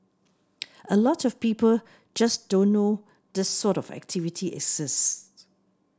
a lot of people just don't know this sort of activity exists